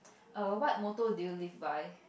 err what motto do you live by